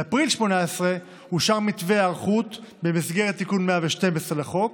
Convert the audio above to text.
באפריל 2018 אושר מתווה היערכות במסגרת תיקון 112 לחוק,